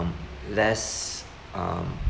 um less um